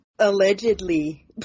Allegedly